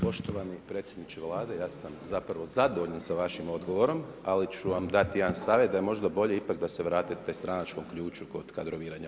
Poštovani predsjedniče Vlade, ja sam zapravo zadovoljan sa vašim odgovorom, ali ću vam dati jedan savjet da je možda bolje ipak da se vratite stranačkom ključu kod kadroviranja.